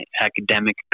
academic